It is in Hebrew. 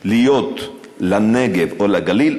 להיות לנגב או לגליל,